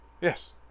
Yes